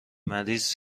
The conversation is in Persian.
مریض